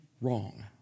wrong